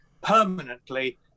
permanently